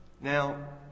Now